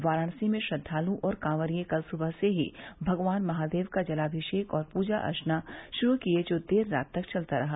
वाराणसी में श्रद्वालु और कांवरिये कल सुबह से ही भगवान महादेव का जलाभिषेक और पूजा अर्चना शुरू किए जो देर रात तक चलता रहा